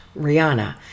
Rihanna